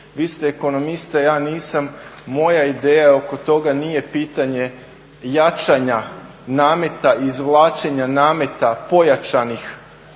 Vi ste ekonomista, ja nisam, moja ideja oko toga nije pitanje jačanja nameta i izvlačenja nameta pojačanih